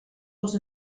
els